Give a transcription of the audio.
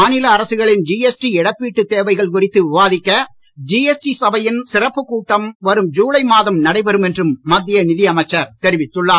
மாநில அரசுகளின் ஜிஎஸ்டி இழப்பீட்டுத் தேவைகள் குறித்து விவாதிக்க ஜிஎஸ்டி சபையின் சிறப்புக் கூட்டம் வரும் ஜுலை மாதம் நடைபெறும் என்றும் மத்திய நிதி அமைச்சர் தெரிவித்துள்ளார்